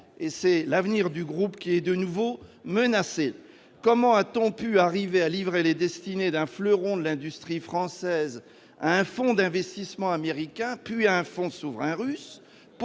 et c'est l'avenir du groupe qui est de nouveau menacé. Comment en est-on venu à livrer les destinées d'un fleuron de l'industrie française à un fonds d'investissement américain, puis à un fonds souverain russe ?